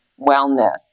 wellness